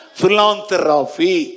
philanthropy